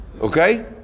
Okay